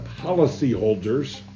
policyholders